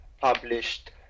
published